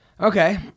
Okay